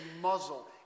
muzzle